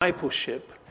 discipleship